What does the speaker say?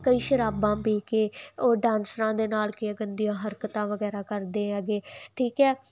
ਕਈ ਸ਼ਰਾਬਾਂ ਪੀ ਕੇ ਉਹ ਡਾਂਸਰਾਂ ਦੇ ਨਾਲ ਕੀ ਗੰਦੀਆਂ ਹਰਕਤਾਂ ਵਗੈਰਾ ਕਰਦੇ ਆਗੇ ਠੀਕ ਹ